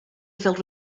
filled